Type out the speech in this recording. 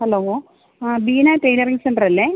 hello ആ Beena tailoring centre അല്ലേ